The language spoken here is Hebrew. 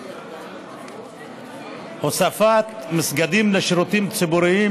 מדברת על הוספת מסגדים לשירותים ציבוריים